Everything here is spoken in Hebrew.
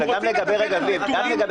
גם לגבי רגבים.